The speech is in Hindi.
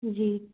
जी